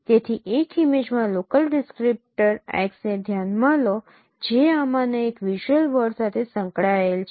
તેથી એક ઇમેજ માં લોકલ ડિસક્રીપ્ટર 'x' ને ધ્યાનમાં લો જે આમાંના એક વિઝ્યુઅલ વર્ડ સાથે સંકળાયેલ છે